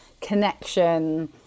connection